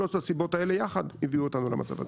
שלושת הסיבות האלה יחד הביאו אותנו למצב הזה.